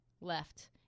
left